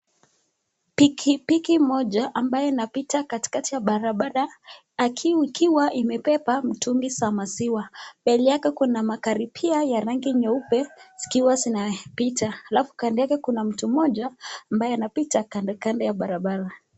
Pikipiki moja ambayo inapita katikati ya barabara, akiwa imebeba mitungi za maziwa. Mbele yake kuna magari pia ya rangi nyeupe, zikiwa zinapita. Alafu kando yake kuna mtu moja ambaye anapita kando kando ya barabara.